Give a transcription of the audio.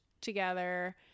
together